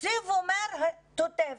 התקציב אומר תותבת.